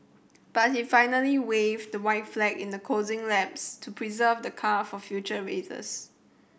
but he finally waved the white flag in the closing laps to preserve the car for future races